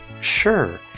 Sure